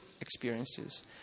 experiences